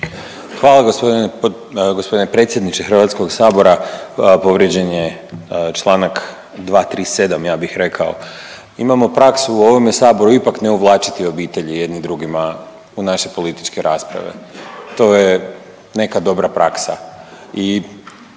Hvala g. predsjedniče HS-a. Povrijeđen je čl. 237. ja bih rekao, imamo praksu u ovome Saboru ipak ne uvlačiti obitelji jedni drugima u naše političke rasprave, to je neka dobra praksa.